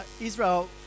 israel